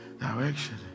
direction